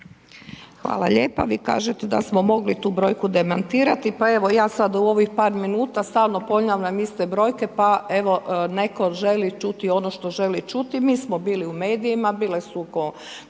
vam lijepa. Vi kažete da smo mogli tu brojku demantirati, pa evo ja sad u ovih par minuta stalno ponavljam iste brojke pa evo netko želi čuti ono što želi čuti. Mi smo bili u medijima, bile su